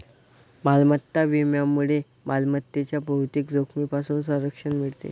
मालमत्ता विम्यामुळे मालमत्तेच्या बहुतेक जोखमींपासून संरक्षण मिळते